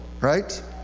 right